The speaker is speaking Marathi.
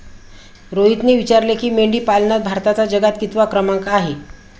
रोहितने विचारले की, मेंढीपालनात भारताचा जगात कितवा क्रमांक आहे?